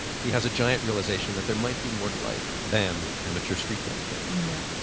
he has a giant realization that there might be more to life than amateur street dancing. yeah.